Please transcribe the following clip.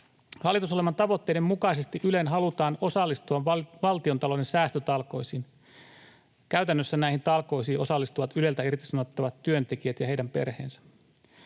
Hallitusohjelman tavoitteiden mukaisesti Ylen halutaan osallistuvan valtiontalouden säästötalkoisiin. Käytännössä näihin talkoisiin osallistuvat Yleltä irtisanottavat työntekijät ja heidän perheensä.